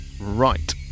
right